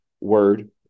word